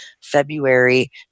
february